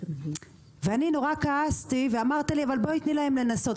ואני נורא כעסתי, ואמרת לי: תני להם לנסות.